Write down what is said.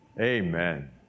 amen